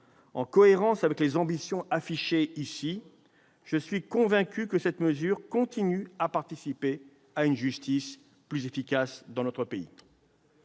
En cohérence avec les ambitions affichées ici, je suis convaincu que cette mesure continuera à participer à une justice plus efficace. ! Cela